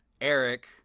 Eric